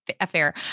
affair